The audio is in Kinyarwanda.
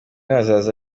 bazaza